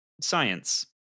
science